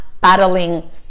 battling